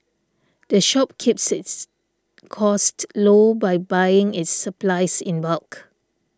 the shop keeps its costs low by buying its supplies in bulk